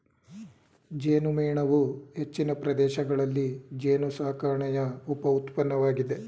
ಜೇನುಮೇಣವು ಹೆಚ್ಚಿನ ಪ್ರದೇಶಗಳಲ್ಲಿ ಜೇನುಸಾಕಣೆಯ ಉಪ ಉತ್ಪನ್ನವಾಗಿದೆ